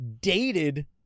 dated